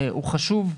הוא חשוב,